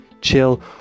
chill